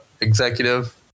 executive